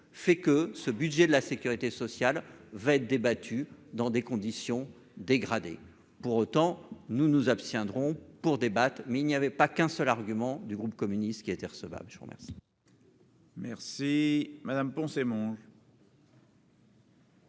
fait que ce budget de la Sécurité sociale va être débattue dans des conditions dégradées pour autant nous nous abstiendrons pour débattre mais il n'y avait pas qu'un seul argument du groupe communiste, qui était recevable, je vous remercie.